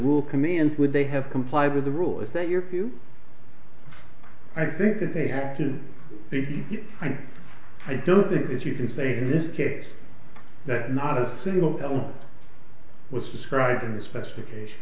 rule commands would they have complied with the rule is that your view i think that they have to i don't think that you can say in this case that not a single cell was described in the specification